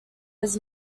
his